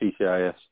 PCIS